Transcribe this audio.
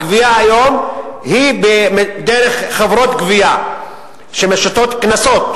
הגבייה היום היא דרך חברות גבייה שמשיתות קנסות.